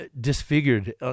disfigured